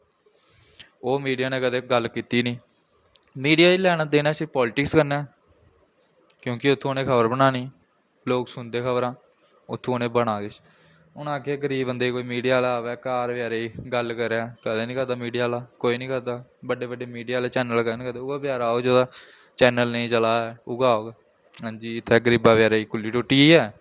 ओह् मीडिया ने कदें गल्ल कीती निं मीडिया गै लैना देना सिर्फ पॉलिटिक्स कन्नै ऐ क्योंकि उत्थूं दा उ'नें खबर बनानी लोग सुनदे खबरां उत्थूं उ'नें बनै कुछ हून आक्खै गराब बंदे गी कोई मीडिया आह्ला आवै घर बचैरे गी गल्ल करै कदें निं करदा मीडिया आह्ला कोई नी करदा बड्डे बड्डे मीडिया आह्ले चैनल कदें निं करदे उ'ऐ बचैरा औग जेह्दा चैनल नेईं चला दा ऐ उ'ऐ औग हां जी इत्थें गरीबै बचैरे दी कुल्ली टुट्टी गेई ऐ